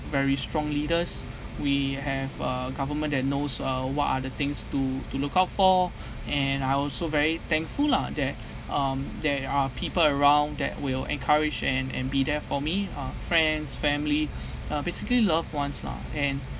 very strong leaders we have uh government that knows uh what are the things to to look out for and I also very thankful lah that um there are people around that will encourage and and be there for me uh friends family uh basically loved ones lah and